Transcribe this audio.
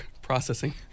Processing